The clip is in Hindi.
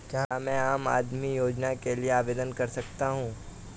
क्या मैं आम आदमी योजना के लिए आवेदन कर सकता हूँ?